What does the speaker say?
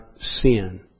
sin